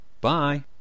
Bye